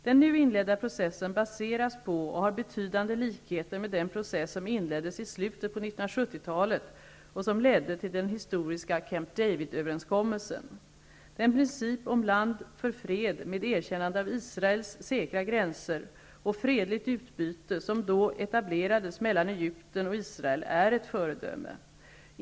Den nu inledda processen baseras på och har betydande likheter med den process som inleddes i slutet på 1970-talet och som ledde till den historiska Den princip om land för fred med erkännande av Israel, säkra gränser och fredligt utbyte, som då etablerades mellan Egypten och Israel, är ett föredöme.